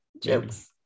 Jokes